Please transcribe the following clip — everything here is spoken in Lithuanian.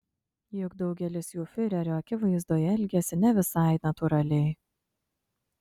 juk daugelis jų fiurerio akivaizdoje elgiasi ne visai natūraliai